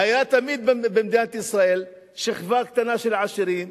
היתה תמיד במדינת ישראל שכבה קטנה של עשירים,